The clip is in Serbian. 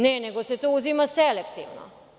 Ne, nego se to uzima selektivno.